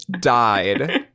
died